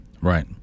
right